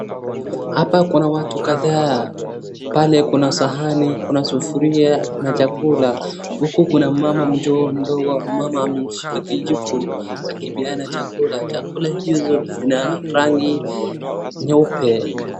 Hapa kuna watu kadhaa , pale kuna sahani, kuna sufuria, kuna chakula huku kuna mmama mdogo mmama ameshika kijiko akipeana chakula. Chakula hizo zina rangi nyeupe.